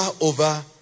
over